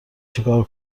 چیکار